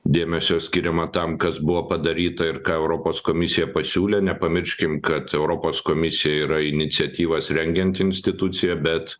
dėmesio skiriama tam kas buvo padaryta ir ką europos komisija pasiūlė nepamirškim kad europos komisija yra iniciatyvas rengianti institucija bet